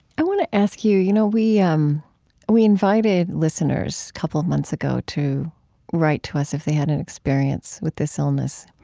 i want to ask you you know we um we invited listeners a couple of months ago to write to us if they had an experience with this illness.